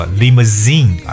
limousine